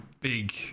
big